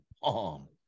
bomb